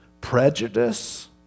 prejudice